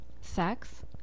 sex